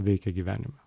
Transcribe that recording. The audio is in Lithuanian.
veikia gyvenime